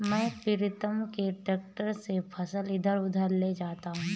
मैं प्रीतम के ट्रक से फसल इधर उधर ले जाता हूं